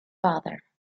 father